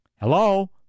Hello